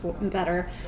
better